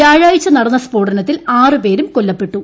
വ്യാഴാഴ്ച നടന്ന സ്ഫോടനത്തിൽ ആറ് പേരും കൊല്ലപ്പെട്ടു